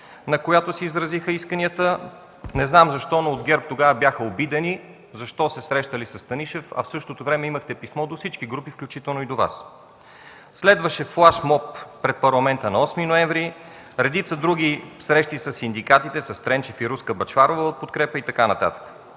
на която се изразиха исканията. Не знам защо, но от ГЕРБ тогава бяха обидени защо се срещали със Станишев, в същото време имахте писмо до всички групи, включително и до Вашата. Следваше флашмоб пред Парламента на 8 ноември. Редица други срещи със синдикатите – с Тренчев и Руска Бъчварова от „Подкрепа” и така нататък.